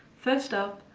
first up,